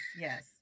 Yes